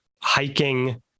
hiking